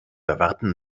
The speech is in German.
erwarten